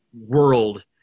world